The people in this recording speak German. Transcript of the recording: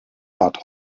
bad